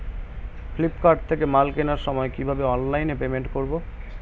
Flipkart থেকে মাল কেনার সময় কিভাবে অনলাইনে পেমেন্ট করব?